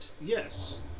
Yes